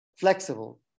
flexible